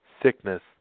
Sickness